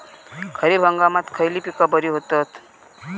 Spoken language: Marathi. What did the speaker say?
खरीप हंगामात खयली पीका बरी होतत?